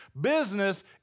business